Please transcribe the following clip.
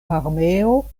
armeo